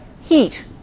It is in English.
heat